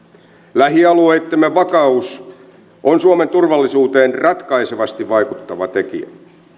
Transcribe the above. lähialueittemme vakaus on suomen turvallisuuteen ratkaisevasti vaikuttava tekijä